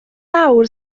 awr